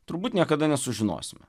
turbūt niekada nesužinosime